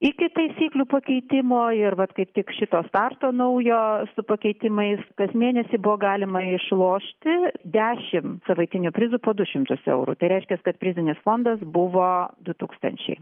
iki taisyklių pakeitimo ir vat kaip tik šito starto naujo su pakeitimais kas mėnesį buvo galima išlošti dešimt savaitinių prizų po du šimtus eurų tai reiškias kad prizinis fondas buvo du tūkstančiai